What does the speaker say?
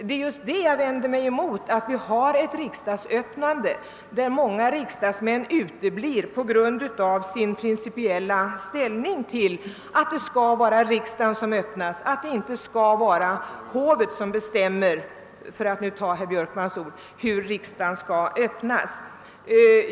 Det är just det jag vänder mig mot — ati vi har ett riksdagsöppnande som många riksdagsmän uteblir från på grund av sin principiella inställning, att det skall vara riksdagen och inte hovet som bestämmer — för att nu ta herr Björkmans ord — hur riksdagen skall öppnas.